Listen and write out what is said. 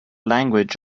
language